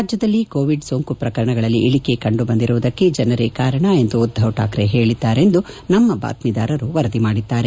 ರಾಜ್ಯದಲ್ಲಿ ಕೋವಿಡ್ ಸೋಂಕು ಪ್ರಕರಣಗಳಲ್ಲಿ ಇಳಿಕೆ ಕಂಡು ಬಂದಿರುವುದಕ್ಕೆ ಜನರೇ ಕಾರಣ ಎಂದು ಉದ್ಧವ್ ಠಾಕ್ರೆ ಹೇಳಿದ್ದಾರೆಂದು ನಮ್ಮ ಬಾತ್ಮಿದಾರರು ವರದಿ ಮಾಡಿದ್ದಾರೆ